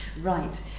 Right